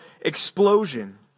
explosion